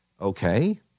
Okay